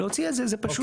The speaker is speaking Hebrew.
להוציא את זה, זה פשוט.